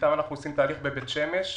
איתם אנחנו עושים תהליך בבית שמש,